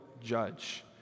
judge